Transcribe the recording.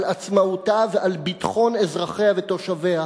על עצמאותה ועל ביטחון אזרחיה ותושביה,